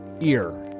ear